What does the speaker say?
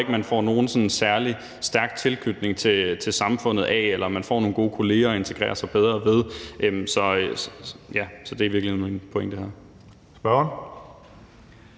ikke man får nogen sådan særlig stærk tilknytning til samfundet af eller man får nogle gode kollegaer at integrere sig bedre med. Så det er i virkeligheden min pointe her. Kl.